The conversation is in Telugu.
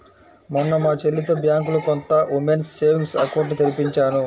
మొన్న మా చెల్లితో బ్యాంకులో కొత్త ఉమెన్స్ సేవింగ్స్ అకౌంట్ ని తెరిపించాను